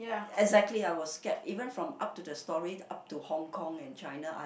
exactly I was scared even from up to the stories up to Hong Kong and China I've